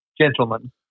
gentlemen